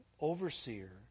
overseer